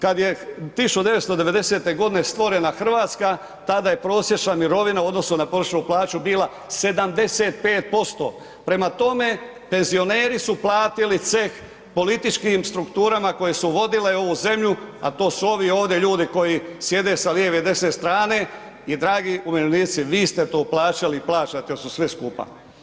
Kad je 1990.g. stvorena RH, tada je prosječna mirovina u odnosu na prosječnu plaću bila 75%, prema tome penzioneri su platili ceh političkim strukturama koje su vodile ovu zemlju, a to su ovi ovdje ljudi koji sjede sa lijeve i desne strane i dragi umirovljenici, vi ste to plaćali i plaćate odnosno svi skupa.